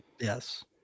Yes